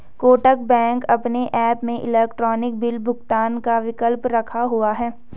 Kotak bank अपने app में electronic bill भुगतान का विकल्प रखा हुआ है